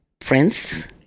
friends